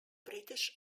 british